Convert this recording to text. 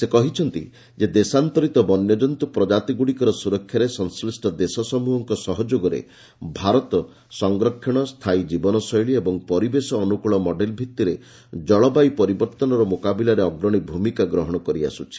ସେ କହିଛନ୍ତି ଯେ ଦେଶାନ୍ତରିତ ବନ୍ୟଜନ୍ତୁ ପ୍ରଜାତିଗୁଡ଼ିର ସୁରକ୍ଷାରେ ସଂଶ୍ଲିଷ୍ଟ ଦେଶ ସମୃହଙ୍କ ସହଯୋଗରେ ଭାରତ ସଂରକ୍ଷଣ ସ୍ଥାୟୀ ଜୀବନ ଶୈଳୀ ଓ ପରିବେଶ ଅନୁକୂଳ ମଡେଲ ଭିତ୍ତିରେ ଜଳବାୟୁ ପରିବର୍ତ୍ତନର ମୁକାବିଲାରେ ଅଗ୍ରଣୀ ଭୂମିକା ଗ୍ରହଣ କରିଆସୁଛି